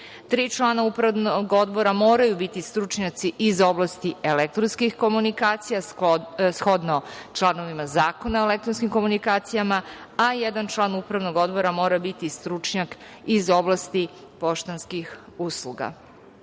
člana Upravnog odbora moraju biti stručnjaci iz oblasti elektronskih komunikacija, shodno članovima Zakona o elektronskim komunikacijama, a jedan član Upravnog odbora mora biti stručnjak iz oblasti poštanskih usluga.